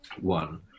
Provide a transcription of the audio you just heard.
one